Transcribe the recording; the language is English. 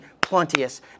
plenteous